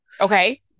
Okay